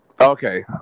Okay